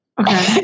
Okay